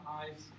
eyes